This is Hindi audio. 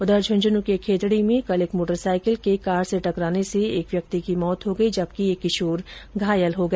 उधर झंझन् के खेतड़ी में कल एक मोटर साइकिल के कार से टकराने से एक व्यक्ति की मौत हो गई जबकि एक किशोर घायल हो गया